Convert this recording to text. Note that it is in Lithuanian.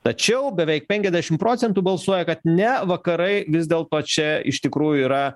tačiau beveik penkiasdešim procentų balsuoja kad ne vakarai vis dėlto čia iš tikrųjų yra